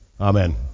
Amen